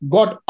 Got